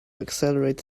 accelerate